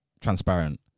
transparent